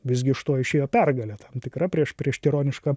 visgi iš to išėjo pergalė tam tikra prieš prieš tironišką